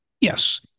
Yes